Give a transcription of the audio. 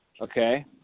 Okay